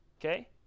okay